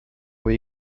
will